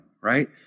right